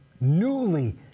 newly